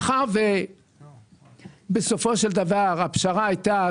מאחר ובסופו של דבר הפשרה הייתה